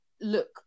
look